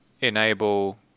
enable